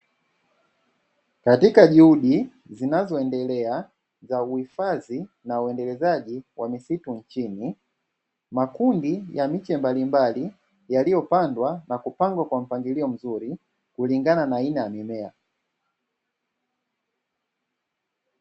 Katika juhudi zinazoendelea za uhifadhi na uendelezaji wa misitu nchini, makundi ya miche mbalimbali yaliyopandwa na kupangwa kwa mpangilio mzuri kulingana na aina ya mimea.